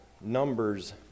Numbers